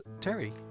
Terry